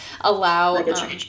allow